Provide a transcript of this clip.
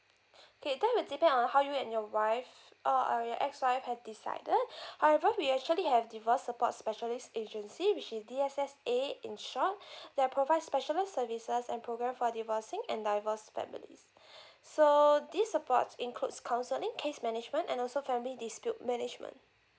okay that will depend on how you and your wife uh or your ex wife have decided however we actually have divorce support specialist agency which is D_S_S_A ensure that provide specialised services and programme for divorcing and divorced families so these supports includes counselling case management and also family dispute management